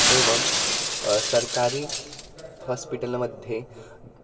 एवं सर्कारी हास्पिटल् मध्ये